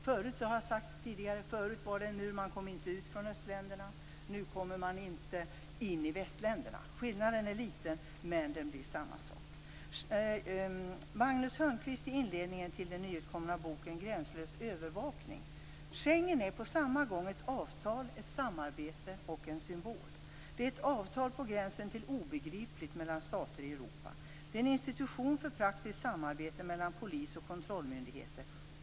Förut, och det har sagts tidigare, fanns det en mur. Man kom inte ut från östländerna. Nu kommer man inte in i västländerna. Skillnaden är liten men det blir samma sak. Magnus Hörnqvist säger i inledningen till den nyutkomna boken Gränslös övervakning: "Schengen är på samma gång ett avtal, ett samarbete och en symbol. Det är ett avtal, på gränsen till obegripligt, mellan stater i Europa. Det är en institution för praktiskt samarbete mellan polis och kontrollmyndigheter.